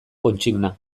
kontsigna